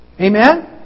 Amen